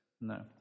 No